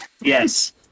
Yes